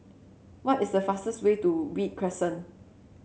what is the fastest way to Read Crescent